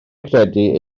gredu